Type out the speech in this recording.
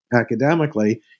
academically